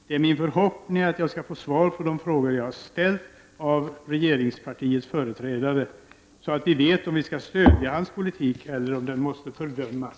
Det är min förhoppning att jag skall få svar av regeringspartiets företrädare på frågor jag har ställt. Då får vi veta om vi kan stödja regeringens politik eller om den måste fördömas.